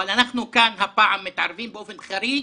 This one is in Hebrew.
אבל אנחנו כאן הפעם מתערבים באופן חריג